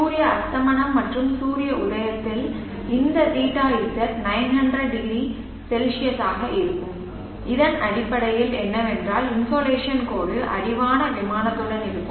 சூரிய அஸ்தமனம் மற்றும் சூரிய உதயத்தில் இந்த θZ 900C ஆக இருக்கும் இதன் அடிப்படையில் என்னவென்றால் இன்சோலேஷன் கோடு அடிவான விமானத்துடன் இருக்கும்